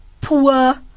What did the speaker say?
poor